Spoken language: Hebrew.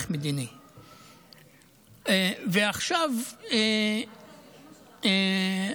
היא עצרה תהליך מדיני.